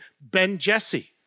Ben-Jesse